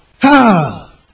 Ha